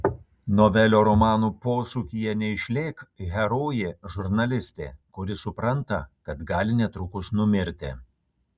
novelių romano posūkyje neišlėk herojė žurnalistė kuri supranta kad gali netrukus numirti